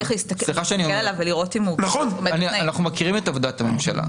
אנחנו מכירים את עבודת הממשלה.